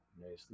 nicely